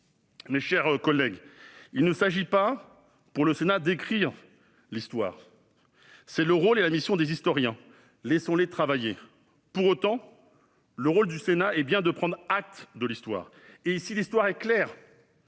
Mes chers collègues, il ne s'agit pas pour le Sénat d'écrire l'histoire. C'est le rôle et la mission des historiens : laissons-les travailler. Néanmoins, le rôle du Sénat est bien de prendre acte de l'histoire et ici l'histoire est claire